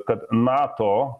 kad nato